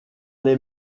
les